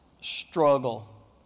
struggle